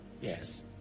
Yes